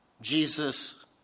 Jesus